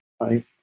right